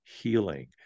healing